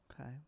Okay